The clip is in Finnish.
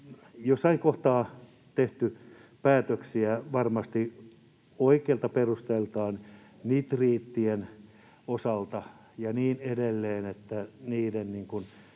jossain kohtaa tehty päätöksiä varmasti oikeilta perusteiltaan nitriittien osalta ja niin edelleen, niiden